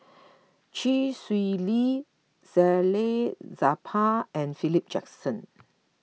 Chee Swee Lee Salleh Japar and Philip Jackson